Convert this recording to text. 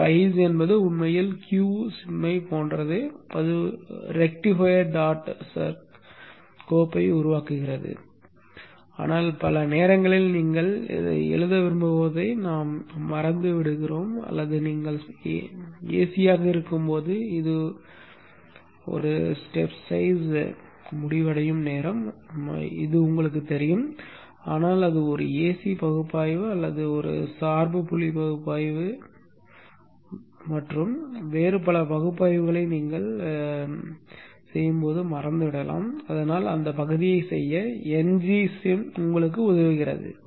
ngSim என்பது உண்மையில் q sim ஐப் போன்றது அது ரெக்டிஃபையர் டாட் சர்க் கோப்பையும் உருவாக்குகிறது ஆனால் பல நேரங்களில் நீங்கள் எழுத விரும்புவதை நாம் மறந்து விடுகிறோம் அல்லது நீங்கள் ஏசியாக இருக்கும் போது இது படி அளவு முடிவடையும் நேரம் என்று உங்களுக்குத் தெரியும் ஆனால் அது ஒரு ஏசி பகுப்பாய்வு அல்லது அது சார்பு புள்ளி பகுப்பாய்வு மற்றும் வேறு பல பகுப்பாய்வுகளை நீங்கள் மறந்துவிடலாம் அதனால் அந்த பகுதியைச் செய்ய ngSim உங்களுக்கு உதவுகிறது